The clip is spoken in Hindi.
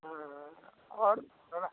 हाँ हाँ और थोड़ा